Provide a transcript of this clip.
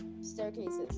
staircases